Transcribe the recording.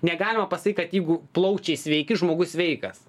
negalima pasakyt kad jeigu plaučiai sveiki žmogus sveikas